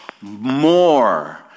more